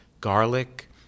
garlic